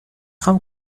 خوام